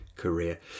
career